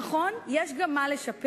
נכון, יש גם מה לשפר,